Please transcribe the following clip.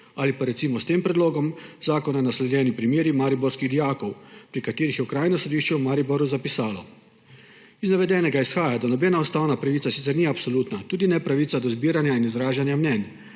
Ali pa recimo s tem predlogom zakona naslovljeni primeri mariborskih dijakov, o katerih je Okrajno sodišče v Mariboru zapisalo: »Iz navedenega izhaja, da nobena ustavna pravica sicer ni absolutna, tudi ne pravica do zbiranja in izražanja mnenj,